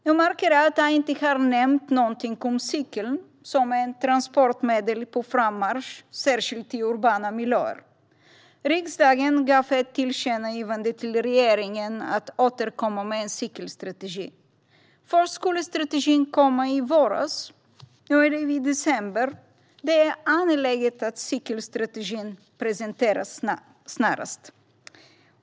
Jag märker att jag inte har nämnt någonting om cykeln, som är ett transportmedel på frammarsch, särskilt i urbana miljöer. Riksdagen riktade ett tillkännagivande till regeringen med uppmaningen att återkomma med en cykelstrategi. Först skulle strategin komma i våras. Nu är vi i december. Det är angeläget att cykelstrategin presenteras snarast.